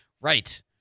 Right